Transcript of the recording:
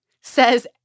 says